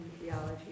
theology